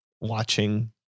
watching